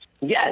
Yes